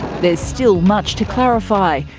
there's still much to clarify,